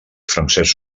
francesc